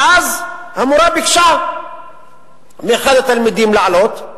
ואז המורה ביקשה מאחד התלמידים לענות,